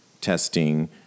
testing